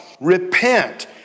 Repent